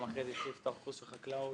פתאום אחרי זה התחיל לפתוח קורס של חקלאות.